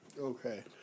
Okay